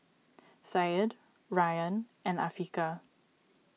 Syed Rayyan and Afiqah